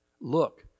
look